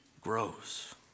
grows